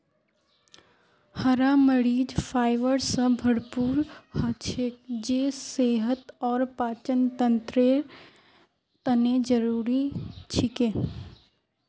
हरा मरीच फाइबर स भरपूर हछेक जे सेहत और पाचनतंत्रेर तने जरुरी छिके